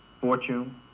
fortune